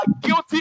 guilty